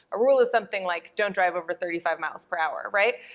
a rule is something like don't drive over thirty five miles per hour, right.